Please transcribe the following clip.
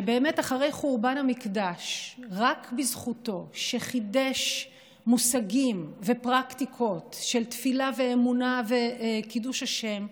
שאחרי חורבן המקדש חידש מושגים ופרקטיקות של תפילה ואמונה וקידוש השם,